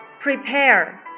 prepare